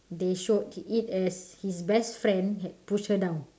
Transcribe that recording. they showed it at his best friend had pushed her down